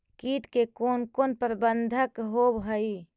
किट के कोन कोन प्रबंधक होब हइ?